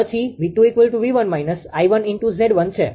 પછી 𝑉2 𝑉1 − 𝐼1𝑍1 છે